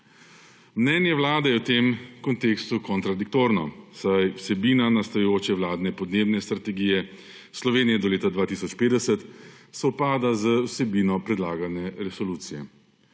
Mnenje Vlade je v tem kontekstu kontradiktorno, saj vsebina nastajajoče vladne podnebne strategije Slovenije do leta 2050 sovpada z vsebino predlagane resolucije.